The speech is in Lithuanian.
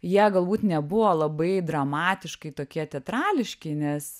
jie galbūt nebuvo labai dramatiškai tokie teatrališki nes